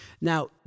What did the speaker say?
Now